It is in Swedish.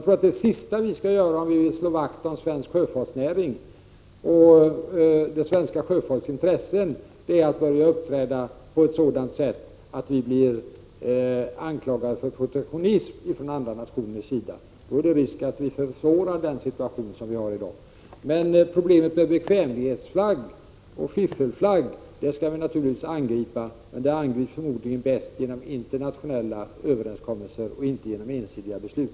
Om vi vill slå vakt om svensk sjöfartsnäring och det svenska sjöfolkets intressen är, tror jag, det sista vi skall göra att börja uppträda på ett sådant sätt att vi blir anklagade för protektionism från andra nationers sida. Då är det risk att vi förvärrar den situation vi i dag har. Problemen med bekvämlighetsflagg och fiffelflagg skall vi naturligtvis angripa, men det görs bäst genom internationella överenskommelser och inte genom ensidiga beslut.